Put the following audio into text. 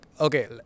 okay